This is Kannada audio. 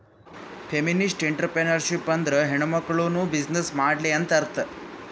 ಫೆಮಿನಿಸ್ಟ್ಎಂಟ್ರರ್ಪ್ರಿನರ್ಶಿಪ್ ಅಂದುರ್ ಹೆಣ್ಮಕುಳ್ನೂ ಬಿಸಿನ್ನೆಸ್ ಮಾಡ್ಲಿ ಅಂತ್ ಅರ್ಥಾ